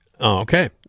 Okay